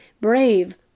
brave